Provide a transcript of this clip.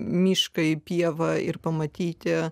mišką pievą ir pamatyti